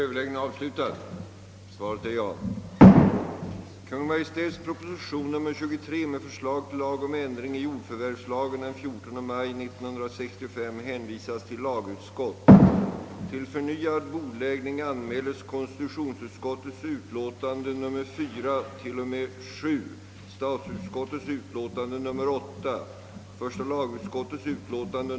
Herr talman! Vid flera tillfällen på senare tid har utlämningseller utvisningsärenden förorsakat «dramatiska och upprivande händelser. På ett påfallande sent stadium har också nya omständigheter tillkommit och förändrat bilden av de tidigare utredda fallen. Senast har detta varit fallet i samband med ett utlämningsärende i Eskilstuna.